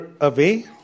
away